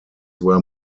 were